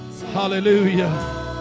Hallelujah